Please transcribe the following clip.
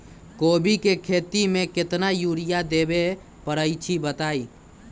कोबी के खेती मे केतना यूरिया देबे परईछी बताई?